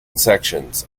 sections